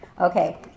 Okay